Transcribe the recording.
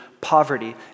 Poverty